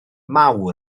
yno